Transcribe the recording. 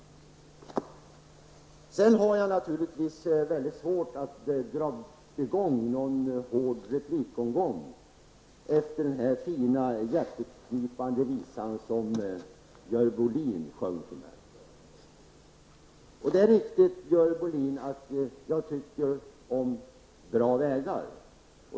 Jag har naturligtvis svårt att dra i gång en hård replikomgång efter den fina och hjärteknipande visa som Görel Bohlin sjöng för mig. Det är riktigt, Görel Bohlin, att jag tycker om bra vägar.